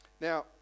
Now